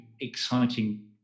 exciting